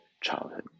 childhood